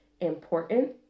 important